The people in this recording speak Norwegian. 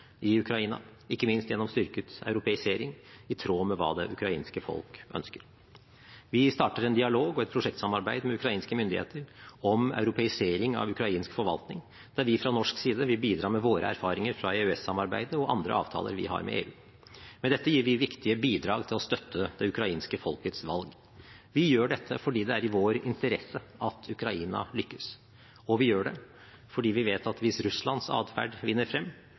i Ukraina, ikke minst gjennom styrket europeisering, i tråd med hva det ukrainske folk ønsker. Vi starter en dialog og et prosjektsamarbeid med ukrainske myndigheter om europeisering av ukrainsk forvaltning, der vi fra norsk side vil bidra med våre erfaringer fra EØS-samarbeidet og andre avtaler vi har med EU. Med dette gir vi viktige bidrag til å støtte det ukrainske folkets valg. Vi gjør dette fordi det er i vår interesse at Ukraina lykkes; og vi gjør det fordi vi vet at hvis Russlands adferd vinner frem,